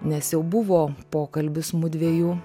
nes jau buvo pokalbis mudviejų